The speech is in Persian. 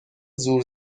زور